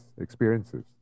experiences